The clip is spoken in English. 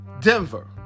Denver